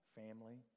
family